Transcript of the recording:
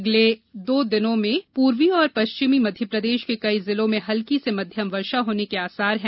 अगले दो दिनों में इस दौरान पूर्वी एवं पश्चिमी मध्य प्रदेश के कई जिलों में हल्की से मध्यम वर्षा होने के आसार हैं